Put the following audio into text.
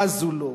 בזו לו,